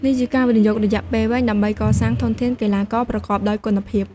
នេះជាការវិនិយោគរយៈពេលវែងដើម្បីកសាងធនធានកីឡាករប្រកបដោយគុណភាព។